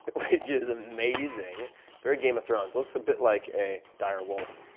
which is amazing very game of thrones. looks a bit like a dire wolf.